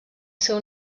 seu